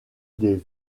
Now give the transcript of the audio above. des